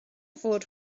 fod